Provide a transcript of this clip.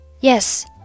Yes